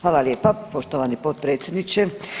Hvala lijepa poštovani potpredsjedniče.